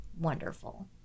wonderful